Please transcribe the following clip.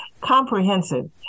comprehensive